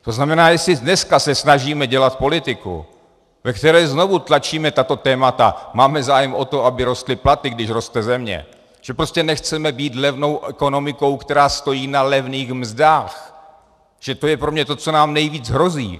To znamená, jestli dneska se snažíme dělat politiku, ve které znovu tlačíme tato témata, máme zájem o to, aby rostly platy, když roste země, že prostě nechceme být levnou ekonomikou, která stojí na levných mzdách, že to je pro mě to, co nám nejvíc hrozí.